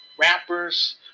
rappers